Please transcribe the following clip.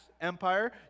empire